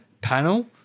panel